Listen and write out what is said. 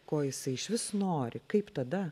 ko jisai išvis nori kaip tada